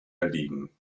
erliegen